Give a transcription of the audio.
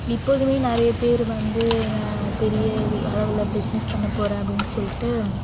இப்போதுமே நிறைய பேர் வந்து பெரிய அளவில் பிஸ்னஸ் பண்ண போறேன் அப்டின்னு சொல்லிட்டு